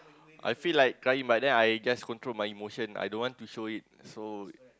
I feel like crying but then I just control my emotion I don't want to show it so